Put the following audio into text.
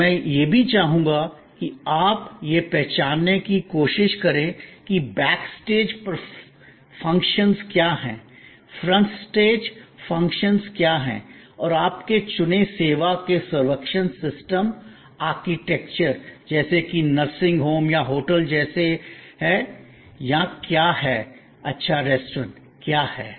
और मैं यह भी चाहूंगा कि आप यह पहचानने की कोशिश करें कि बैक स्टेज फ़ंक्शंस क्या हैं फ्रंट स्टेज फ़ंक्शंस क्या हैं और आपके चुने सेवा के सर्व्क्शन सिस्टम आर्किटेक्चर जैसे कि नर्सिंग होम या होटल जैसे हैं या क्या हैं अच्छा रेस्टोरेंट क्या हैं